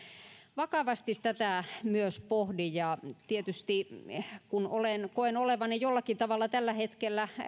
vakavasti tätä myös pohdin tietysti kun koen olevani jollakin tavalla tällä hetkellä